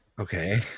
Okay